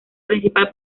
principal